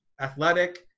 athletic